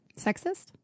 Sexist